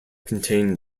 contain